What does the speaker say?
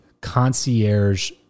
concierge